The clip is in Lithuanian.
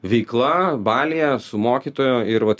veikla balyje su mokytoju ir vat